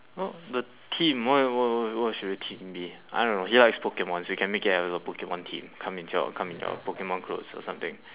well the theme what what what what should the theme be I don't know he likes pokemon so you can make it as a pokemon theme come himself or come in your pokemon clothes or something